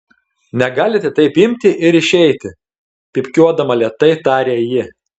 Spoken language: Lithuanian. negalite taip imti ir išeiti pypkiuodama lėtai tarė ji